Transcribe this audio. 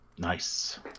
Nice